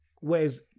Whereas